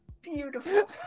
Beautiful